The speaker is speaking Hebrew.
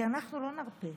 כי אנחנו לא נרפה.